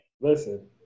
Listen